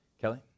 Kelly